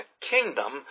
kingdom